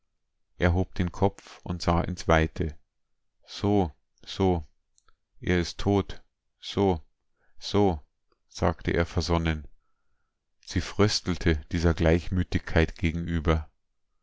er hob den kopf und sah ins weite so so er ist tot so so sagte er versonnen sie fröstelte dieser gleichmütigkeit gegenüber